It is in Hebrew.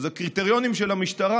הקריטריונים של המשטרה,